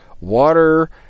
water